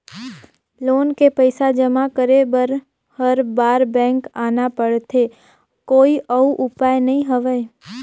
Loan के पईसा जमा करे बर हर बार बैंक आना पड़थे कोई अउ उपाय नइ हवय?